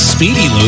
Speedy